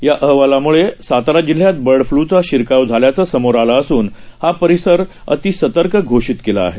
याअहवालामुळेसाताराजिल्ह्यातबर्डफ्लूचाशिरकावझाल्याचंसमोरआलंअसूनहापरिसरअतिसतर्कघोषितके लाआहे